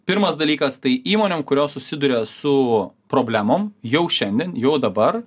pirmas dalykas tai įmonėm kurios susiduria su problemom jau šiandien jau dabar